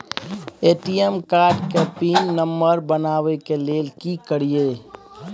ATM card के pin number बनाबै के लेल की करिए?